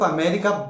America